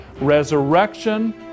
resurrection